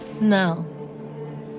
No